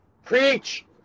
Preach